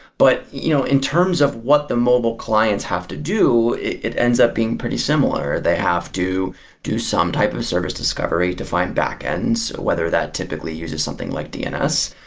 but you know in terms of what the mobile clients have to do, it ends up being pretty similar. they have to do some type of service discovery to find backends, whether that typically uses something like dns.